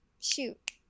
shoot